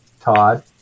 Todd